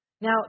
Now